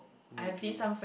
maybe